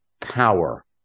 power